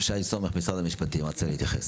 שי סומך, משרד המשפטים, רצית להתייחס.